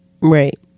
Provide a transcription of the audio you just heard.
right